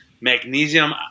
magnesium